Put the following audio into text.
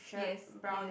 yes yes